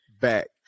back